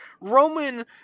Roman